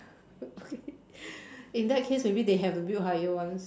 okay in that case maybe they have to build higher ones